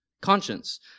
conscience